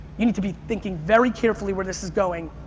you need to be thinking very carefully where this is going.